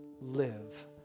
live